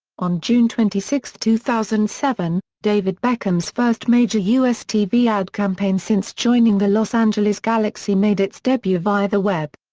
on june twenty six, two thousand and seven, david beckham's first major u s. tv ad campaign since joining the los angeles galaxy made its debut via the web.